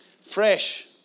Fresh